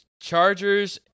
Chargers